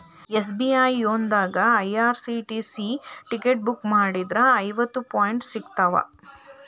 SBI YONO ದಾಗಾ IRCTC ticket book ಮಾಡಿದ್ರ ಐವತ್ತು ಪಾಯಿಂಟ್ ಸಿಗ್ತಾವ